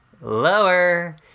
Lower